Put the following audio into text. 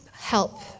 help